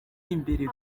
imbere